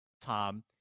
Tom